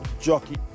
jockey